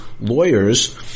lawyers